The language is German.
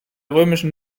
römischen